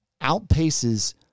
outpaces